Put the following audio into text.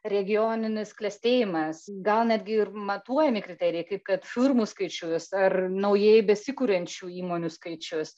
regioninis klestėjimas gal netgi ir matuojami kriterijai kaip kad firmų skaičius ar naujai besikuriančių įmonių skaičius